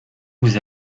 vous